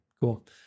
Cool